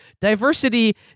Diversity